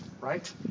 right